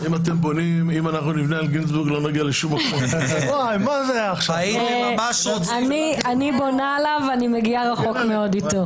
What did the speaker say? גור, פה אני מתייחסת לדברים שאמרת.